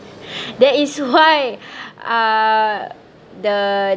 that is why uh the